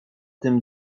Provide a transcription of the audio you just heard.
tym